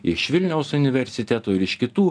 iš vilniaus universiteto ir iš kitų